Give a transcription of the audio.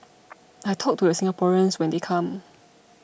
I talk to the Singaporeans when they come